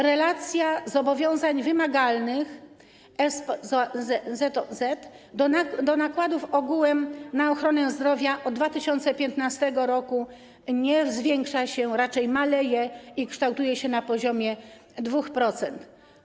Relacja zobowiązań wymagalnych SPZOZ do nakładów ogółem na ochronę zdrowia od 2015 r. nie zwiększa się, raczej maleje i kształtuje się na poziomie 2%.